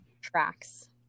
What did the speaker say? tracks